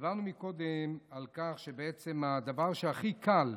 דיברנו קודם על כך שבעצם הדבר שהכי קל,